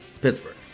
Pittsburgh